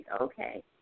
Okay